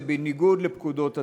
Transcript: וזה בניגוד לפקודות הצבא.